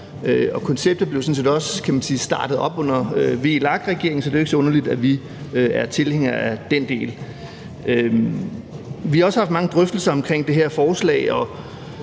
og konceptet blev også startet op under VLAK-regeringen, så det er ikke underligt, at vi er tilhængere af den del. Vi har også haft mange drøftelser omkring det her forslag,